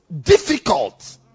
Difficult